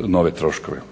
nove troškove.